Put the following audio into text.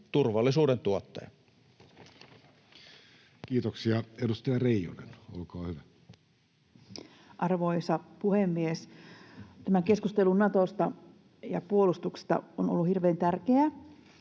turvallisuuden tuottaja. Kiitoksia. — Edustaja Reijonen, olkaa hyvä. Arvoisa puhemies! Tämä keskustelu Natosta ja puolustuksesta on ollut hirveän tärkeää.